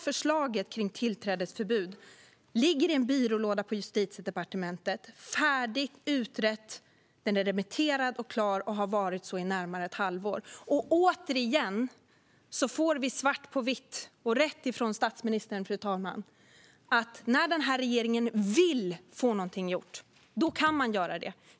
Förslaget om tillträdesförbud ligger i en byrålåda på Justitiedepartementet, färdigt, utrett. Förslaget är remitterat och klart, och det har varit så i närmare ett halvår. Återigen får vi svart på vitt, rätt ifrån statsministern, fru talman, att när regeringen vill få något gjort, då kan man göra det.